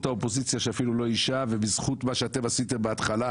האופוזיציה שאפילו לא איישה ובזכות מה שאתם עשיתם בהתחלה,